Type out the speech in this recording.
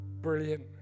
Brilliant